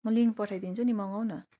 म लिङ्क पठाइदिन्छु नि मगाउन